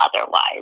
otherwise